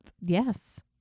Yes